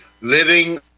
living